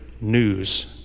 news